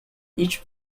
each